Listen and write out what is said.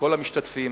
לכל המשתתפים.